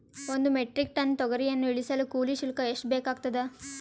ಒಂದು metric tonne ತೊಗರಿಯನ್ನು ಇಳಿಸಲು ಕೂಲಿ ಶುಲ್ಕ ಎಷ್ಟು ಬೇಕಾಗತದಾ?